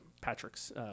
Patrick's